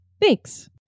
Thanks